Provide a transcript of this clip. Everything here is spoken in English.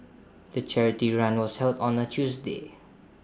the charity run was held on A Tuesday